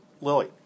Lily